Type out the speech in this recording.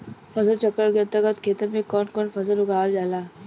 फसल चक्रण के अंतर्गत खेतन में कवन कवन फसल उगावल जाला?